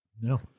No